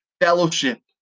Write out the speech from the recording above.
fellowship